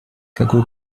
какой